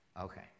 Okay